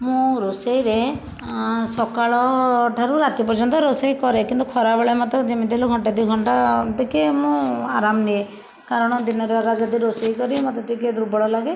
ମୁଁ ରୋଷେଇରେ ସକାଳଠାରୁ ରାତି ପର୍ଯ୍ୟନ୍ତ ରୋଷେଇ କରେ କିନ୍ତୁ ଖରାବେଳେ ମୋତେ ଯେମିତି ହେଲେ ଘଣ୍ଟେ ଦୁଇ ଘଣ୍ଟା ଟିକେ ମୁଁ ଆରାମ ନିଏ କାରଣ ଦିନ ସାରା ଯଦି ରୋଷେଇ କରିବି ମୋତେ ଟିକେ ଦୁର୍ବଳ ଲାଗେ